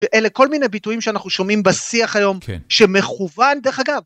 אלה כל מיני ביטויים שאנחנו שומעים בשיח היום שמכוון דרך אגב.